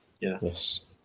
yes